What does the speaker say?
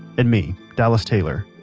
and me, dallas taylor.